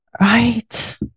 right